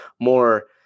more